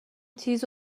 تیز